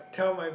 tell my